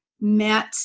met